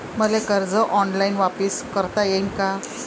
मले कर्ज ऑनलाईन वापिस करता येईन का?